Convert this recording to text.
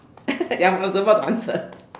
ya I was about to answer